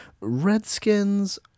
Redskins